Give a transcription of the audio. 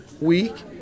week